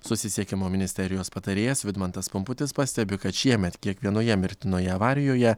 susisiekimo ministerijos patarėjas vidmantas pumputis pastebi kad šiemet kiekvienoje mirtinoje avarijoje